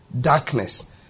Darkness